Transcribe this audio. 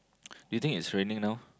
you think is raining now